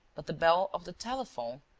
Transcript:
but the bell of the telephone,